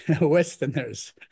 Westerners